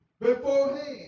beforehand